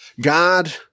God